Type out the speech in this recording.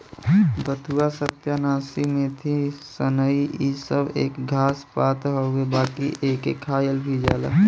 बथुआ, सत्यानाशी, मेथी, सनइ इ सब एक घास पात हउवे बाकि एके खायल भी जाला